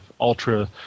ultra